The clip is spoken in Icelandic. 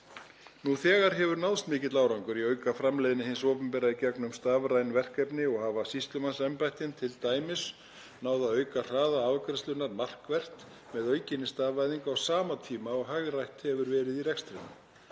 Nú þegar hefur náðst mikill árangur í að auka framleiðni hins opinbera í gegnum stafræn verkefni og hafa sýslumannsembættin t.d. náð að auka hraða afgreiðslunnar markvert með aukinni stafvæðingu á sama tíma og hagrætt hefur verið í rekstrinum.